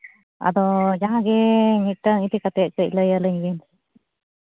ᱟᱫᱚ ᱡᱟᱦᱟᱸᱜᱮ ᱢᱤᱫᱴᱟᱝ ᱤᱫᱤ ᱠᱟᱛᱮᱫ ᱠᱟᱹᱡ ᱞᱟᱹᱭ ᱟᱹᱞᱤᱧ ᱵᱤᱱ